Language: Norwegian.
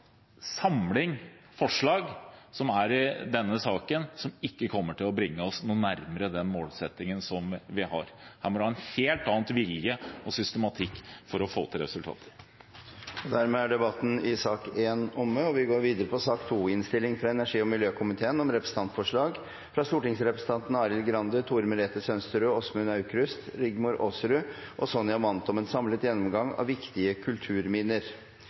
samling forslag som her i denne saken, og som ikke kommer til å bringe oss noe nærmere den målsettingen som vi har. Her må det en helt annen vilje og systematikk til for å få til resultater. Flere har ikke bedt om ordet til sak nr. 1. Etter ønske fra energi- og miljøkomiteen vil presidenten foreslå at taletiden blir begrenset til 5 minutter til hver partigruppe og 5 minutter til medlemmer av